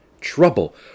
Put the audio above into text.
trouble